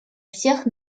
всех